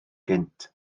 gynt